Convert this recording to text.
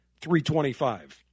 325